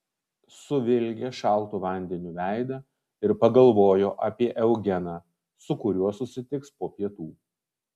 suvilgė šaltu vandeniu veidą ir pagalvojo apie eugeną su kuriuo susitiks po pietų